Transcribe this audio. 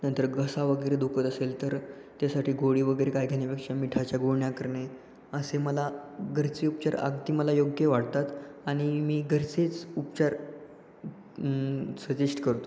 नंतर घसा वगैरे दुखत असेल तर त्यासाठी गोळी वगैरे काय घेण्यापेक्षा मिठाच्या गुळण्या करणे असे मला घरचे उपचार अगदी मला योग्य वाटतात आणि मी घरचेच उपचार सजेश्ट करतो